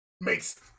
makes